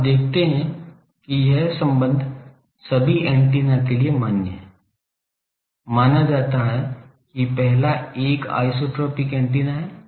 अब आप देखते हैं कि यह संबंध सभी एंटीना के लिए मान्य है माना जाता है कि पहला एक आइसोट्रोपिक एंटीना है